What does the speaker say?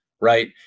right